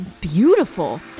beautiful